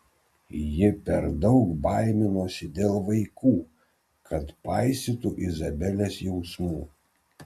ji per daug baiminosi dėl vaikų kad paisytų izabelės jausmų